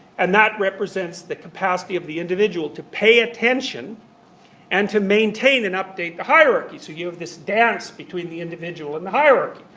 and that represents the capacity of the individual to pay attention and to maintain and update the hierarchy. so you've this dance between the individual and the hierarchy.